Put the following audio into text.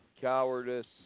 cowardice